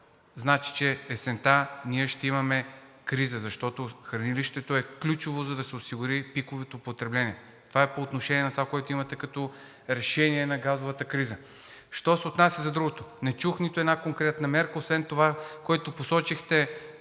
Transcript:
значи, че есента ние ще имаме криза, защото хранилището е ключово, за да се осигури пиковото потребление. Това е по отношение на това, което имате като решение на газовата криза. Що се отнася за другото – не чух нито една конкретна мярка, освен това, което посочихте,